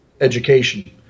education